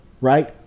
Right